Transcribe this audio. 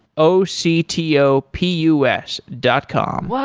o c t o p u s dot com